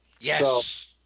Yes